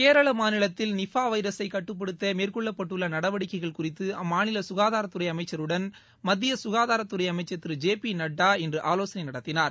கேரள மாநிலத்தில் நிஃபா வைரஸை கட்டுப்படுத்த மேற்கொள்ளப்பட்டுள்ள நடவடிக்கைகள் குறித்த அம்மாநில சுகாதாரத்துறை அமைச்சருடன் மத்திய சுகாதாரத்துறை அமைச்சர் திரு ஜே பி நட்பா இன்று ஆலோசனை நடத்தினார்